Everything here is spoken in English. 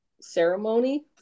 ceremony